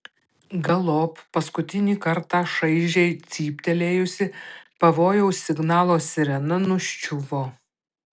galop paskutinį kartą šaižiai cyptelėjusi pavojaus signalo sirena nuščiuvo